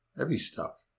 heavy stuff.